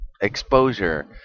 exposure